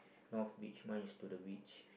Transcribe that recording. north beach mine is to the beach